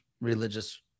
religious